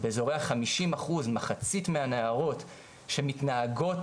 באזורי החמישים אחוז מחצית מהנערות שמתנהגות